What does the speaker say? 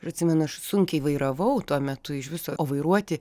ir atsimenu aš sunkiai vairavau tuo metu iš viso o vairuoti